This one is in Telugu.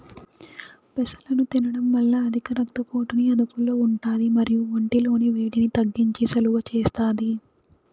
పెసలను తినడం వల్ల అధిక రక్త పోటుని అదుపులో ఉంటాది మరియు ఒంటి లోని వేడిని తగ్గించి సలువ చేస్తాది